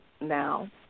now